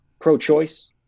pro-choice